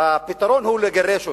הפתרון הוא לגרש אותם.